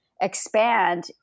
expand